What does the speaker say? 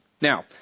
Now